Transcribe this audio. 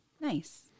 Nice